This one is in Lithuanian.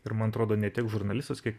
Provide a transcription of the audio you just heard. ir man atrodo ne tiek žurnalistas kiek